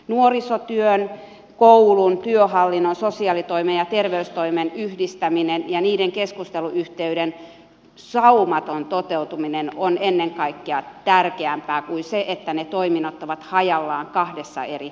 nuorisotyön koulun työhallinnon sosiaalitoimen ja terveystoimen yhdistäminen ja niiden keskusteluyhteyden saumaton toteutuminen on ennen kaikkea tärkeämpää kuin se että ne toiminnot ovat hajallaan kahdessa eri paikassa